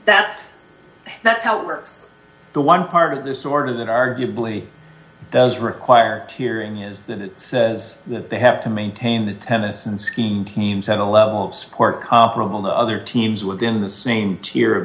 that's that's how it works the one part of this or that arguably does require hearing is that it says that they have to maintain the tennis and skeen teams have a level of support comparable to other teams within the same tier